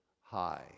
high